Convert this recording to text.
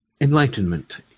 enlightenment